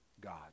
God